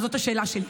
וזאת השאלה שלי,